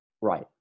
Right